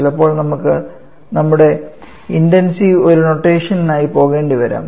ചിലപ്പോൾ നമുക്ക് ഇന്റെൻസീവ് ഒരു നൊട്ടേഷനിനായി പോകേണ്ടിവരാം